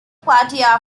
plateau